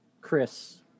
Chris